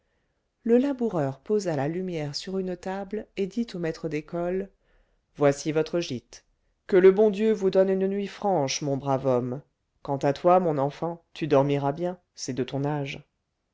le laboureur posa la lumière sur une table et dit au maître d'école voici votre gîte que le bon dieu vous donne une nuit franche mon brave homme quant à toi mon enfant tu dormiras bien c'est de ton âge